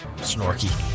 Snorky